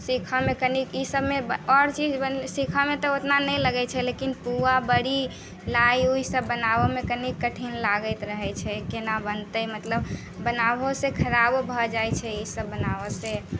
सीखऽ मे कनी ईसब मे आओर चीज सीखऽ मे तऽ उतना नहि लगै छै लेकिन पुआ बड़ी लाइ उइ सब बनाबे मे कनी कठिन लागैत रहै छै केना बनते मतलब बनाबहो से खराबो भऽ जाइ छै ईसब बनाबऽ से